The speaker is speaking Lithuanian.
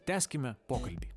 tęskime pokalbį